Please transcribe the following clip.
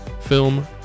film